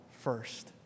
first